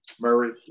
Murray